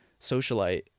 socialite